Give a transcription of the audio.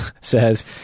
says